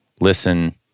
listen